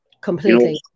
completely